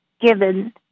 given